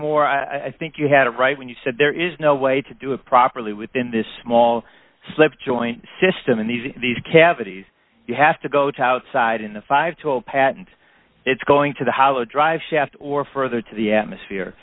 moore i think you had it right when you said there is no way to do it properly within this small slip joint system and these these cavities you have to go to outside in the five to a patent it's going to the how to drive shaft or further to the atmosphere